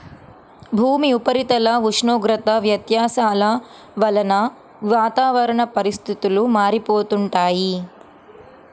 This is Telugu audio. భూమి ఉపరితల ఉష్ణోగ్రత వ్యత్యాసాల వలన వాతావరణ పరిస్థితులు మారిపోతుంటాయి